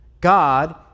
God